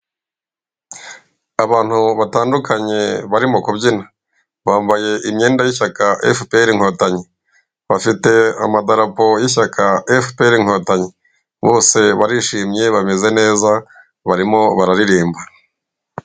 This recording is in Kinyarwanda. Abantu batandukanye barimo kubyina ,bambaye imyenda y'ishyaka FPR inkotanyi, bafite amadarapo y'ishyaka FPR inkotanyi, Bose barishimye bameze neza barimo bararirimba.